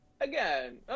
Again